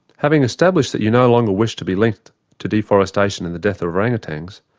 having established that you no longer wish to be linked to deforestation and the death of orangutans,